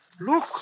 look